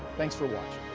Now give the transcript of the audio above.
thanks for watching.